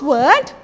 Word